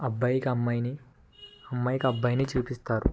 అబ్బాయికి అమ్మాయిని అమ్మాయికి అబ్బాయిని చూపిస్తారు